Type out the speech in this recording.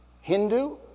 Hindu